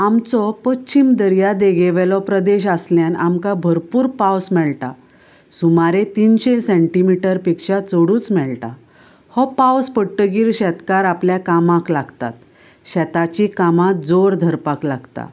आमचो पच्छिम दर्या देगेवयलो प्रदेश आसल्यान आमकां भरपूर पावस मेळटा सुमारे तिनशे सेंटिमिटर पेक्षा चडूच मेळटा हो पावस पडटगीर शेतकार आपल्या कामाक लागतात शेताचीं कामां जोर धरपाक लागतात